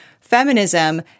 feminism